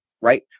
right